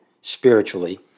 spiritually